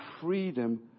freedom